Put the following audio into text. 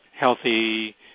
healthy